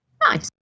nice